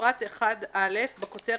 בפרט 1א - בכותרת,